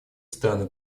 страны